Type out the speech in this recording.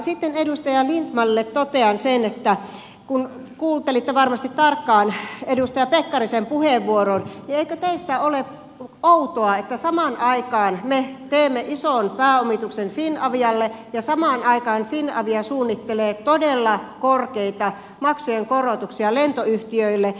sitten edustaja lindtmanille totean sen että kun kuuntelitte varmasti tarkkaan edustaja pekkarisen puheenvuoron niin eikö teistä ole outoa että samaan aikaan me teemme ison pääomituksen finavialle ja samaan aikaan finavia suunnittelee todella korkeita maksujen korotuksia lentoyhtiöille